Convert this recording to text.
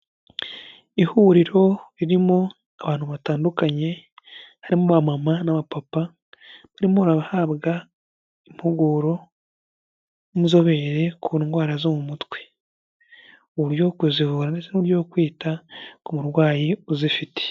Ihuriro ririmo abantu batandukanye harimo aba mama n'aba papa barimo barahabwa impuguro n'inzobere ku ndwara zo mu mutwe, uburyo bwo kuzivura ndetse n'uburyo bwo kwita ku murwayi uzifite.